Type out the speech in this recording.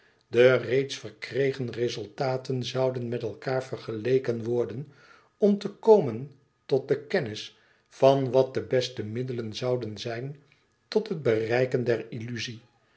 de reeds verkregen resultaten zouden met elkaâr vergeleken worden om te komen tot de kennis van wat de beste middelen zouden zijn tot het bereiken der